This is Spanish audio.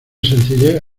sencillez